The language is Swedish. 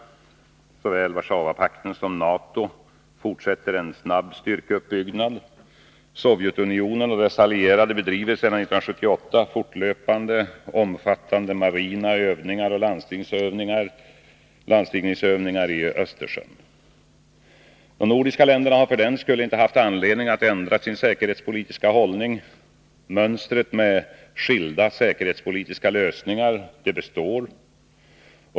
Såväl Warszawapakten som NATO fortsätter en snabb styrkeuppbyggnad. Sovjetunionen och dess allierade bedriver sedan 1978 fortlöpande omfattande marina övningar och landstigningsövningar i Östersjön. De nordiska länderna har för den skull inte haft anledning att ändra sin säkerhetspolitiska hållning. Mönstret med skilda säkerhetspolitiska lösningar består.